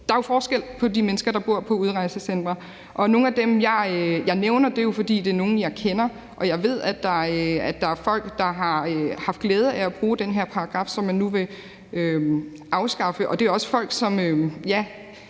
der er jo forskel på de mennesker, der bor på udrejsecentrene. Nogle af dem, jeg nævner, nævner jeg jo, fordi det er nogle, jeg kender. Jeg ved, at der er folk, der har haft glæde af at bruge den her paragraf, som man nu vil afskaffe. Det er også folk –